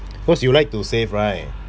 of course you like to save right